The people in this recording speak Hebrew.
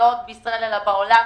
לא רק בישראל אלא גם בעולם.